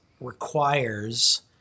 requires –